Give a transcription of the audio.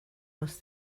must